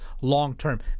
long-term